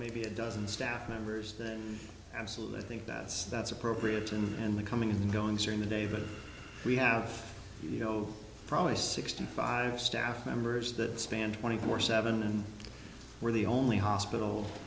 maybe a dozen staff members then absolutely i think that's that's appropriate and the coming in guns are in the day that we have you know probably sixty five staff members that stand twenty four seven and we're the only hospital